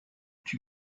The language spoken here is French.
tue